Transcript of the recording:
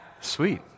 Sweet